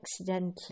accidentally